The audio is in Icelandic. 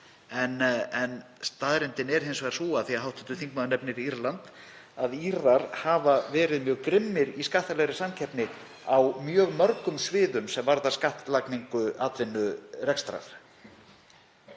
En staðreyndin er hins vegar sú, af því að hv. þingmaður nefnir Írland, að Írar hafa verið mjög grimmir í skattalegri samkeppni á mjög mörgum sviðum sem varðar skattlagningu atvinnurekstrar.